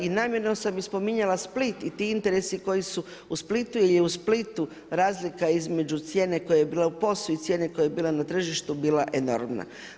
I namjerno sam i spominjala Split i ti interesi koji su u Splitu, razlika između cijene koja je bila u POS-u i cijene koja je bila na tržištu bila enormna.